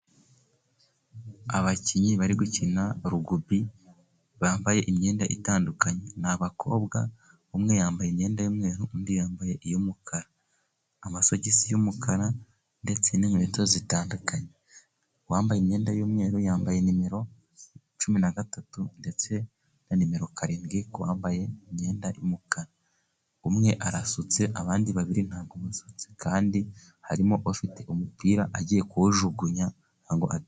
Abakinnyi bari gukina rugubi bambaye imyenda itandukanye ni abakobwa umwe yambaye imyenda y'umweru, undi yambaye iy'umukara amasogisi y'umukara ndetse n'inkweto zitandukanye. Uwambaye imyenda y'umweru yambaye nimero cumi neshatu ndetse na nimero karindwi kuwambaye imyenda y'umukara. Umwe arasutse abandi babiri ntabwo basutse kandi harimo ufite umupira agiye kuwujugunya kugira ngo ate...